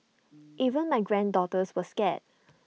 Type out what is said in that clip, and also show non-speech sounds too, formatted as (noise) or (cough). (noise) even my granddaughters were scared